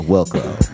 Welcome